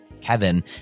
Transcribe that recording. Kevin